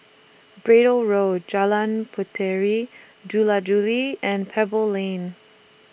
Braddell Road Jalan Puteri Jula Juli and Pebble Lane